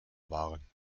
waren